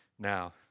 Now